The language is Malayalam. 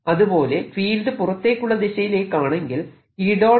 അതുപോലെ ഫീൽഡ് പുറത്തേക്കുള്ള ദിശയിലേക്കാണെങ്കിൽ E